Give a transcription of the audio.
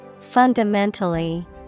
Fundamentally